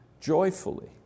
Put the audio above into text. joyfully